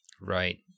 right